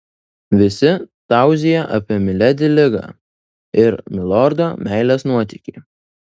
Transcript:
visi tauzija apie miledi ligą ir milordo meilės nuotykį